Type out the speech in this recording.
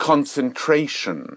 concentration